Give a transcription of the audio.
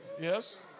Yes